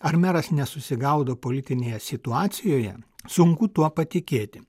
ar meras nesusigaudo politinėje situacijoje sunku tuo patikėti